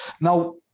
Now